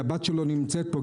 הבת שלו נמצאת פה,